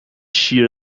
شیر